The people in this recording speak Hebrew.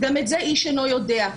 גם את זה איש אינו יודע.